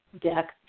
deck